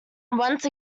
once